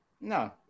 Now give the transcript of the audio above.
No